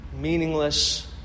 meaningless